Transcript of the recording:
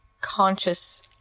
conscious